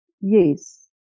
yes